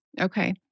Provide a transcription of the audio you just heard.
Okay